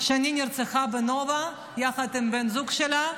שני נרצחה בנובה יחד עם בן הזוג שלה,